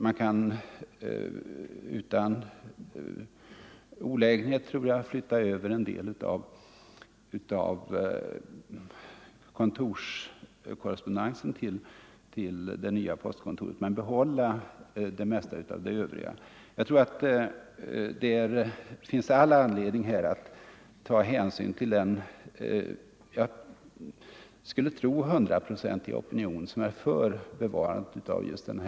Man kan utan olägenhet flytta över en del av kon = Nr 122 FÖrsKOrrespo ridensen till det nya postkontoret men behålla det mesta av Torsdagen den Sense 14 november 1974 Det finns all anledning att här ta hänsyn till den — jag skulletro — I hundraprocentiga opinion som finns i denna stadsdel för att bevara det — Ang.